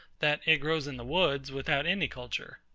that it grows in the woods without any culture.